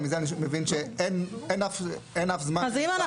מזה אני מבין שאין אף זמן שנקבע --- אם אנחנו